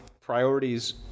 priorities